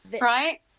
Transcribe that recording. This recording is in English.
Right